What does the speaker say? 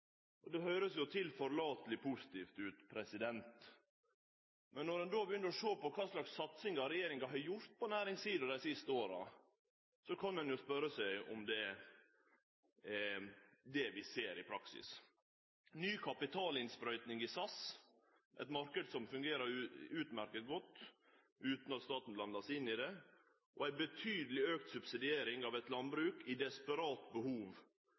og det høyrest jo tilforlateleg positivt ut. Men når ein begynner å sjå på kva slags satsing regjeringa har gjort på næringssida dei siste åra, kan ein spørje seg om det er det vi ser i praksis. Ny kapitalinnsprøyting i SAS – ein marknad som fungerer utmerkt godt utan at staten blandar seg inn i det – og ei betydeleg auka subsidiering av eit landbruk med desperat behov